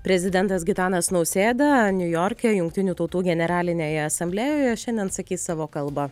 prezidentas gitanas nausėda niujorke jungtinių tautų generalinėje asamblėjoje šiandien sakys savo kalbą